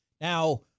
Now